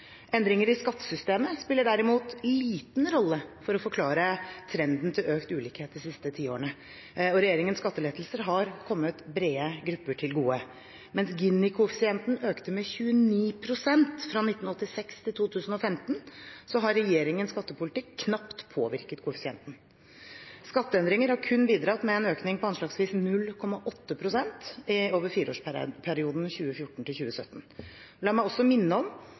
Endringer i skattesystemet spiller derimot liten rolle for å forklare trenden med økt ulikhet de siste tiårene, og regjeringens skattelettelser har kommet brede grupper til gode. Mens Gini-koeffisienten økte med 29 pst. fra 1986 til 2015, har regjeringens skattepolitikk knapt påvirket Gini-koeffisienten. Skatteendringer har kun bidratt med en økning på anslagsvis 0,8 pst. over fireårsperioden 2014–2017. La meg også minne om